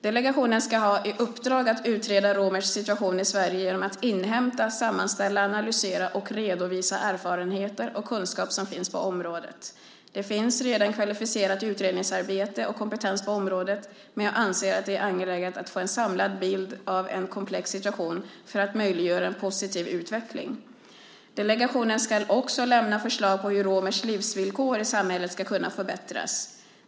Delegationen ska ha i uppdrag att utreda romers situation i Sverige genom att inhämta, sammanställa, analysera och redovisa erfarenheter och kunskap som finns på området. Det finns redan kvalificerat utredningsarbete och kompetens på området, men jag anser att det är angeläget att få en samlad bild av en komplex situation för att möjliggöra en positiv utveckling. Delegationen ska också lämna förslag på hur romers livsvillkor i samhället ska kunna förbättras.